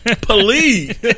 Police